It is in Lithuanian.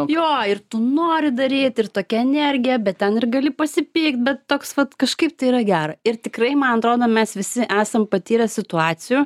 jo ir tu nori daryt ir tokia energija bet ten ir gali pasipykt bet toks vat kažkaip tai yra gera ir tikrai man atrodo mes visi esam patyrę situacijų